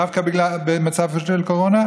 דווקא בגלל המצב של קורונה,